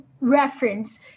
reference